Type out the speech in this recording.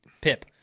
Pip